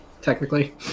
technically